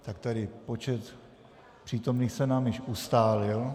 Tak tedy počet přítomných se nám již ustálil.